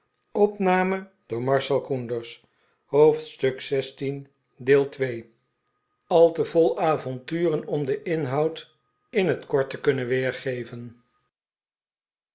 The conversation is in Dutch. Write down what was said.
hoofdstuk xvi al te vol avonturen om den inhoud in net kort te kunnen weergeven